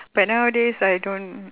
but nowadays I don't